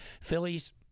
Phillies